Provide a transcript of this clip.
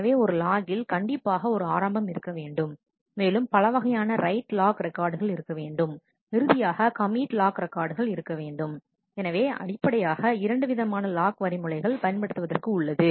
எனவே ஒரு லாகில் கண்டிப்பாக ஒரு ஆரம்பம் இருக்க வேண்டும் மேலும் பலவகையான ரைட் லாக் ரெக்கார்டுகள் இருக்க வேண்டும் இறுதியாக கமிட் லாக் ரெக்கார்டுகள் இருக்க வேண்டும் எனவே அடிப்படையாக இரண்டு விதமான லாக் வழிமுறைகள் பயன்படுத்துவதற்கு உள்ளது